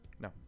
No